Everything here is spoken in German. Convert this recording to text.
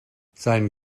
sein